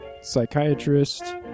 psychiatrist